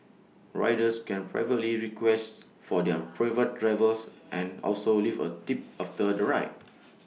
riders can privately request for their preferred drivers and also leave A tip after the ride